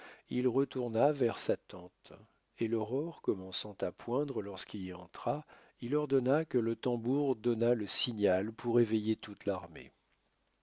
il retourna vers sa tente et l'aurore commençant à poindre lorsqu'il y entra il ordonna que le tambour donnât le signal pour éveiller toute l'armée